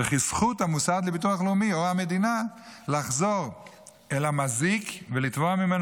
וכי זכות המוסד לביטוח לאומי או המדינה לחזור אל המזיק ולתבוע ממנו